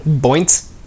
Points